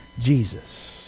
jesus